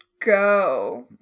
go